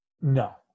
No